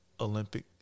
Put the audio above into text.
Olympic